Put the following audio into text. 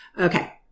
Okay